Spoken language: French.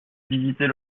visiter